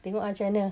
tengok ah macam mana